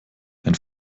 ein